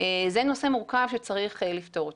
זה נושא מורכב שצריך לפתור אותו.